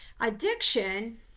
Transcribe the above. Addiction